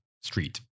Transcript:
street